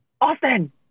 Austin